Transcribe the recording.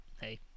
hey